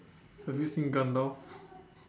have you seen Gandalf